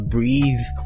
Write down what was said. Breathe